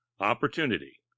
Opportunity